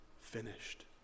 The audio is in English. finished